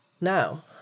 now